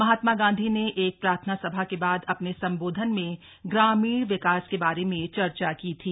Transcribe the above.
महात्मा गांधी ने एक प्रार्थनासभा के बाद अपने संबोधन में ग्रामीण विकास के बारे में चर्चा की थी